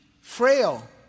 frail